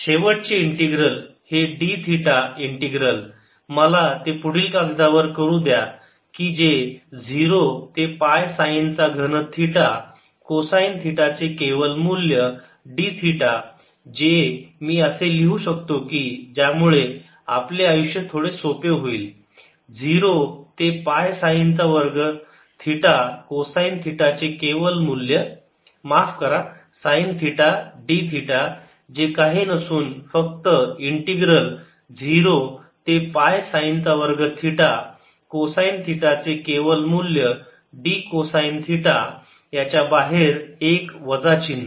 0Rdr r5R66 02πϕdϕ1202π1 cos2ϕdϕπ शेवटचे integral हे d theta integral मला ते पुढील कागदावर करू द्या की जे 0 ते पाय साइन चा घन थिटा कोसाईन थिटाचे केवल मूल्य d थिटा जे मी असे लिहू शकतो की ज्यामुळे आपले आयुष्य सोपे होईल 0 ते पाय साइनचा वर्ग थिटा कोसाईन थिटाचे केवल मूल्य माफ करा साइन थिटा d थिटा जे काही नसून फक्त इंटिग्रल 0 ते पाय साइन चा वर्ग थिटा कोसाईन थिटाचे केवल मूल्य d कोसाईन थिटा याच्या बाहेर एक वजा चिन्ह